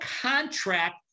contract